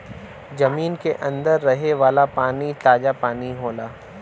जमीन के अंदर रहे वाला पानी ताजा पानी होला